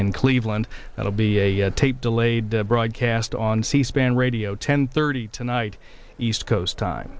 in cleveland that will be a tape delayed broadcast on c span radio ten thirty tonight east coast time